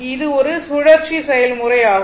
இது ஒரு சுழற்சி செயல்முறை ஆகும்